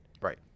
Right